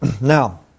now